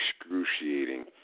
excruciating